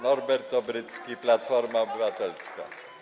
Norbert Obrycki, Platforma Obywatelska.